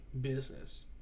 business